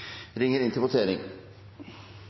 Det er ingen